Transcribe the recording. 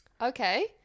okay